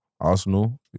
Arsenal